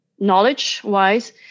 knowledge-wise